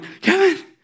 Kevin